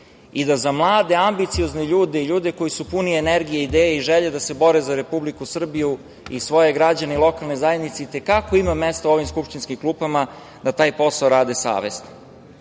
i da za mlade, ambiciozne ljude, ljude koji su puni energije, ideje i želje da se bore za Republiku Srbiju i svoje građane i lokalne zajednice, i te kako ima mesta u ovim skupštinskim klupama da taj posao rade savesno. Ovom